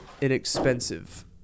inexpensive